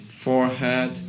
Forehead